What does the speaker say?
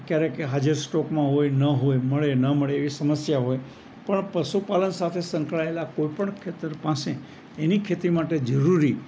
ક્યારેક એ હાજર સ્ટોકમાં હોય ન હોય મળે ન મળે એવી સમસ્યા હોય પણ પશુપાલન સાથે સંકળાયેલા કોઈપણ ખેતર પાસે એની ખેતી માટે જરૂરી